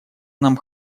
нам